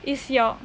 is your